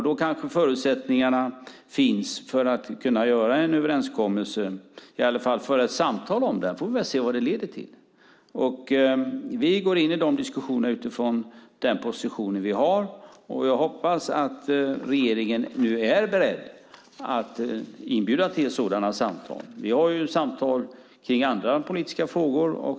Då kanske förutsättningarna finns för att kunna göra en överenskommelse eller i varje fall föra ett samtal om det. Vi får väl se vad det leder till. Vi går in i de diskussionerna utifrån de positioner vi har. Jag hoppas att regeringen nu är beredd att inbjuda till sådana samtal. Vi har samtal om andra politiska frågor.